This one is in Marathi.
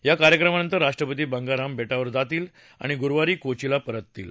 या कार्यक्रमानंतर राष्ट्रपती बंगाराम बे विर जातील आणि गुरूवारी कोचीला परततील